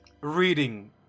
Reading